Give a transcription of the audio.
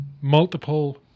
Multiple